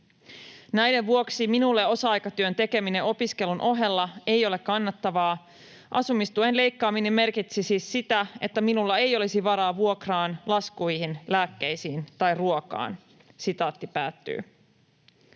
Näiden vuoksi minulle osa-aikatyön tekeminen opiskelun ohella ei ole kannattavaa. Asumistuen leikkaaminen merkitsisi sitä, että minulla ei olisi varaa vuokraan, laskuihin, lääkkeisiin tai ruokaan.” ”Äitini,